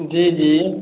जी जी